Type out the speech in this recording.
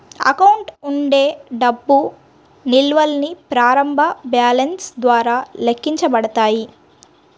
account ఉండే డబ్బు నిల్వల్ని ప్రారంభ బ్యాలెన్స్ ద్వారా లెక్కించబడతాయి